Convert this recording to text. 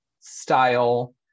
style